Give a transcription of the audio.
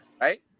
Right